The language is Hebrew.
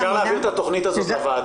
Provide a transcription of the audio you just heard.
אפשר להביא את התכנית הזאת לוועדה?